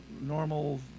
normal